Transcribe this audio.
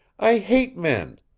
i hate men!